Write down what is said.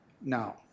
now